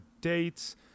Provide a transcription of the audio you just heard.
dates